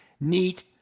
neat